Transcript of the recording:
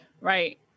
right